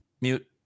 Mute